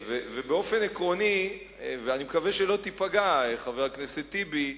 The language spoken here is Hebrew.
אני מקווה שלא תיפגע, חבר הכנסת טיבי.